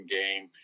game